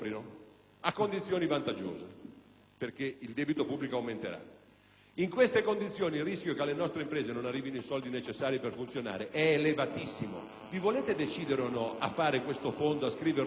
perché il debito pubblico aumenterà. In queste condizioni, il rischio che alle nostre imprese non arrivino i soldi necessari per il loro funzionamento è elevatissimo. Vi volete decidere o no a dar vita a questo fondo, a scriverlo in bilancio e almeno a